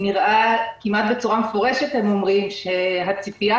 כמעט בצורה מפורשת הם אומרים שהציפייה